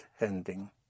ending